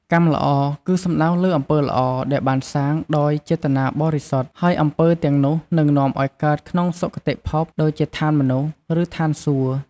កម្មល្អ គឺសំដៅលើអំពើល្អដែលបានសាងដោយចេតនាបរិសុទ្ធ ហើយអំពើទាំងនោះនឹងនាំឲ្យកើតក្នុងសុគតិភព ដូចជាឋានមនុស្ស ឬឋានសួគ៌។